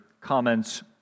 comments